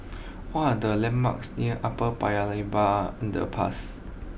what are the landmarks near Upper Paya Lebar Underpass